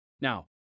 Now